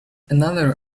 another